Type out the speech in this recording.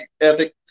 ethic